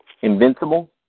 Invincible